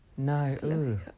No